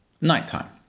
nighttime